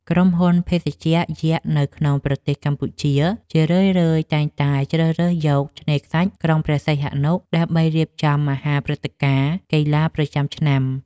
ក្រុមហ៊ុនភេសជ្ជៈយក្សនៅក្នុងប្រទេសកម្ពុជា ជារឿយៗតែងតែជ្រើសរើសយកឆ្នេរខ្សាច់ក្រុងព្រះសីហនុ ដើម្បីរៀបចំមហាព្រឹត្តិការណ៍កីឡាប្រចាំឆ្នាំ។